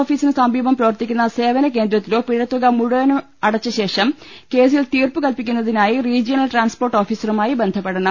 ഓഫീസിന് സമീപം പ്രവർത്തിക്കുന്ന സേവന കേ ന്ദ്രത്തിലോ പിഴത്തുക മുഴുവനും അടച്ച ശേഷം കേസിൽ തീർപ്പുകൽപ്പിക്കുന്നതിനായി റീജിയണൽ ട്രാൻസ് പോർട്ട് ഓഫീസറുമായി ബന്ധപ്പെടണം